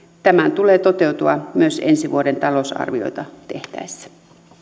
tämän tulee toteutua myös ensi vuoden talousarviota tehtäessä